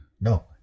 No